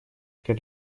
как